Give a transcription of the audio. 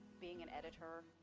being an editor,